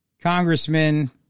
congressman